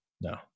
no